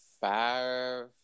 five